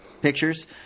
pictures